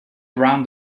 around